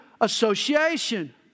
association